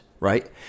right